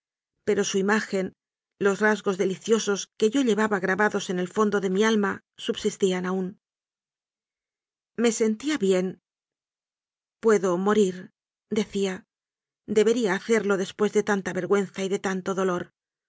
pero su imagen los rasgos deliciosos que yo llevaba grabados en el fondo de mi alma subsistían aún me sentía bien puedo morirdecía debería hacerlo después de tanta vergüenza y de tanto dolor